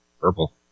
Purple